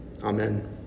Amen